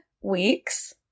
weeks